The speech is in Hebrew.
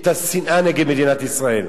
את השנאה נגד מדינת ישראל.